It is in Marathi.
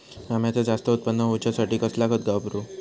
अम्याचा जास्त उत्पन्न होवचासाठी कसला खत वापरू?